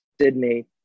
Sydney